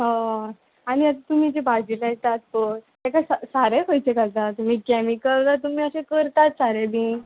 हय आनी तुमी जी भाजी लायतात पय तेका सारे खंयचे घालतात कॅमिकल काय तुमी अशे करतात सारे बी